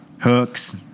Hooks